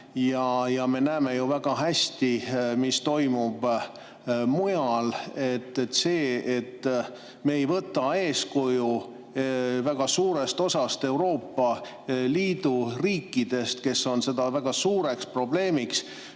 Ja me näeme ju väga hästi, mis toimub mujal. See, et me ei võta eeskuju väga suurest osast Euroopa Liidu riikidest, kes on seda väga suureks probleemiks